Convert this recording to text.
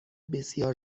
بسیار